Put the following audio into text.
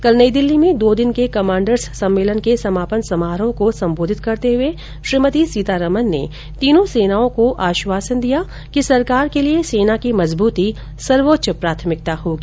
कल नई दिल्ली में दो दिन के कमांडर्स सम्मेलन के समापन समारोह को संबोधित करते हुए श्रीमती सीतारामन ने तीनों सेनाओं को आश्वासन दिया कि सरकार के लिए सेना की मजबूती सर्वोच्च प्राथमिकता होगी